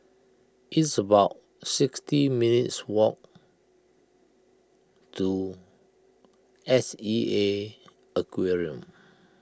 it's about sixty minutes' walk to S E A Aquarium